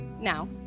now